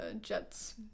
Jet's